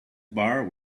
bar